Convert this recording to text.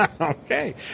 Okay